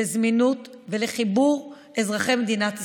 לזמינות ולחיבור אזרחי מדינת ישראל.